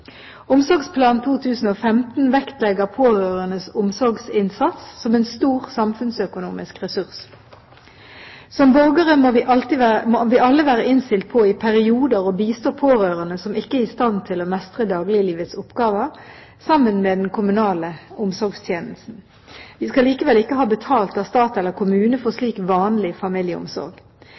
Omsorgsplan 2015 vektlegger pårørendes omsorgsinnsats som en stor samfunnsøkonomisk ressurs. Som borgere må vi alle være innstilt på i perioder å bistå pårørende som ikke er i stand til å mestre dagliglivets oppgaver – sammen med den kommunale omsorgstjenesten. Vi skal likevel ikke ha betalt av stat eller kommune for slik vanlig familieomsorg.